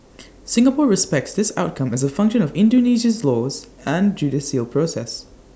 Singapore respects this outcome as A function of Indonesia's laws and judicial process